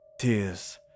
Tears